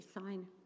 sign